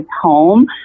home